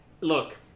look